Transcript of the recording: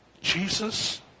Jesus